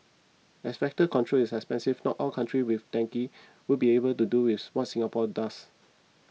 as vector control is expensive not all countries with dengue would be able to do with what Singapore does